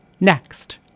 Next